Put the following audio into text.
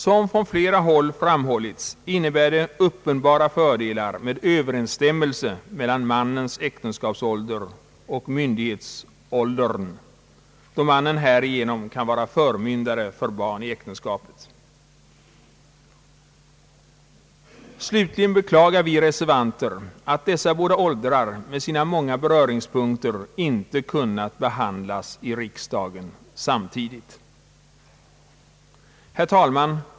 Som från flera håll framhållits innebär det uppenbara fördelar med överensstämmelse mellan mannens äktenskapsålder och myndighetsåldern, då mannen härigenom kan vara förmyndare för barn i äktenskapet. Slutligen beklagar vi reservanter att dessa båda åldrar med sina många beröringspunkter inte kunnat behandlas i riksdagen samtidigt. Herr talman!